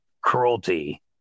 cruelty